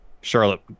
Charlotte